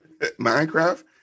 Minecraft